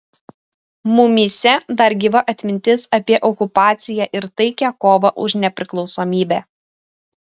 mumyse dar gyva atmintis apie okupaciją ir taikią kovą už nepriklausomybę